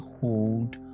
hold